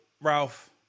Ralph